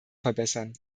verbessern